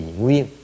nguyên